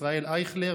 ישראל אייכלר,